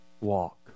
walk